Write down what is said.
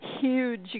huge